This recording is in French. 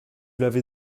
l’avez